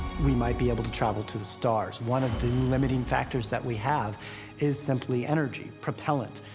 we might be able to travel to the stars. one of the limiting factors that we have is simply energy, propellant,